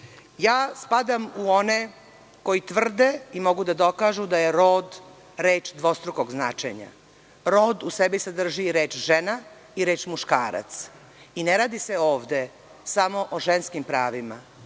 u one koji tvrde i mogu da dokažu da je rod reč dvostrukog značenja. Rod u sebi sadrži reč žena i reč muškarac. Ne radi se ovde samo o ženskim pravima.